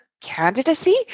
candidacy